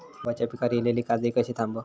गव्हाच्या पिकार इलीली काजळी कशी थांबव?